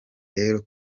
rero